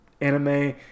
anime